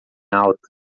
alta